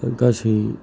दा गासै